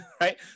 right